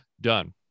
Done